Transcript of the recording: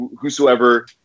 whosoever